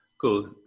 cool